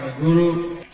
guru